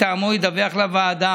בעד,